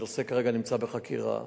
הנושא כרגע נמצא בחקירה.